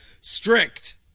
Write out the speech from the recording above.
strict